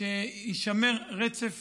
שיישמר רצף